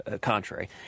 contrary